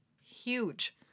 Huge